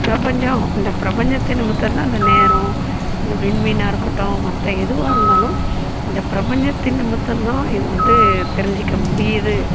பிரபஞ்சம் இந்த பிரபஞ்சத்தின் நிமித்தம் தான் இந்த நேரம் இந்த விண்மீனாக இருக்கட்டும் மற்ற எதுவாக இருந்தாலும் இந்த பிரபஞ்சத்தின் நிமித்தம் தான் இது வந்து தெரிஞ்சுக்க முடியுது